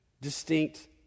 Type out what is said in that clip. distinct